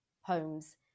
homes